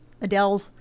Adele